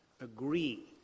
agree